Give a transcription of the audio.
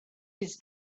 his